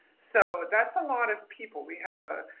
so that's a lot of people, we have ah